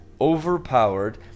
overpowered